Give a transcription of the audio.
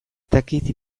dakit